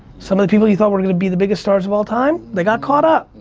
some of the people you thought were gonna be the biggest stars of all time, they got caught up.